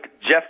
Jeff